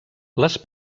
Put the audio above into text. les